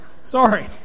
sorry